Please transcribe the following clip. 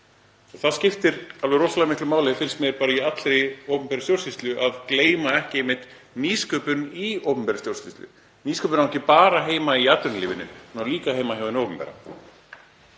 Það skiptir alveg rosalega miklu máli, finnst mér, í allri opinberri stjórnsýslu að gleyma ekki nýsköpun í opinberri stjórnsýslu. Nýsköpun á ekki bara heima í atvinnulífinu, hún á líka heima hjá hinu opinbera.